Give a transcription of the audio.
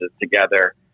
together